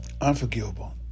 Unforgivable